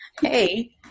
Hey